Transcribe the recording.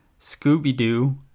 scooby-doo